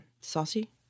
saucy